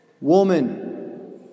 Woman